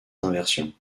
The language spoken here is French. inversions